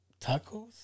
Tacos